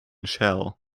shell